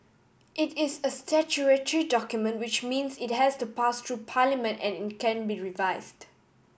it is a statutory document which means it has to pass through Parliament and it can be revised